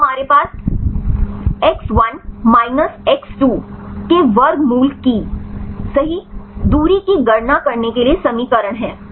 तो हमारे पास एक्स 1 माइनस x2 के वर्गमूल की सही दूरी की गणना करने के लिए समीकरण है